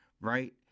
right